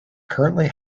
currently